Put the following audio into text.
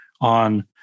on